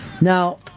Now